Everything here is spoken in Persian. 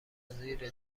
زیر